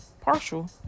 partial